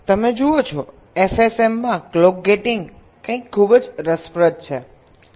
તમે જુઓ છો FSM માં ક્લોક ગેટિંગ કંઈક ખૂબ જ રસપ્રદ છે